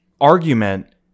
argument